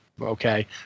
okay